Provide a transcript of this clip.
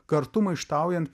kartu maištaujant